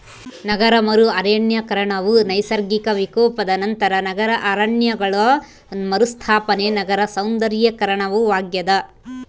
ನಗರ ಮರು ಅರಣ್ಯೀಕರಣವು ನೈಸರ್ಗಿಕ ವಿಕೋಪದ ನಂತರ ನಗರ ಅರಣ್ಯಗಳ ಮರುಸ್ಥಾಪನೆ ನಗರ ಸೌಂದರ್ಯೀಕರಣವಾಗ್ಯದ